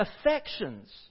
Affections